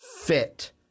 fit